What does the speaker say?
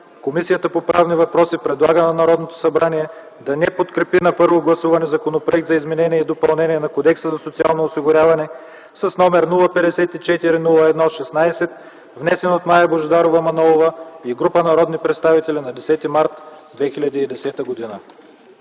Комисията по правни въпроси предлага на Народното събрание да не подкрепи на първо гласуване Законопроект за изменение и допълнение на Кодекса за социално осигуряване, № 054-01-16, внесен от Мая Божидарова Манолова и група народни представители на 10 март 2010 г.”